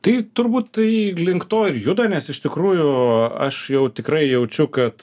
tai turbūt tai link to ir juda nes iš tikrųjų aš jau tikrai jaučiu kad